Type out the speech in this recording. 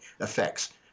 effects